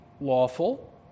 lawful